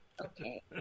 Okay